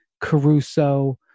Caruso